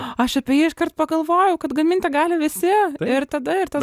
aš apie jį iškart pagalvojau kad gaminti gali visi ir tada ir tada